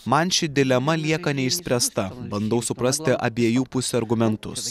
man ši dilema lieka neišspręsta bandau suprasti abiejų pusių argumentus